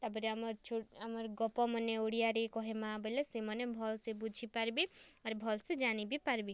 ତା'ପ୍ରେ ଆମର୍ ଛୋଟ୍ ଆମର୍ ଗପମାନେ ଓଡ଼ିଆରେ କହେମା ବେଲେ ସେମାନେ ଭଲ୍ ସେ ବୁଝି ପାର୍ବେ ଆର ଭଲ୍ ସେ ଜାନି ବି ପାର୍ବେ